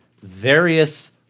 various